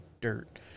dirt